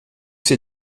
ces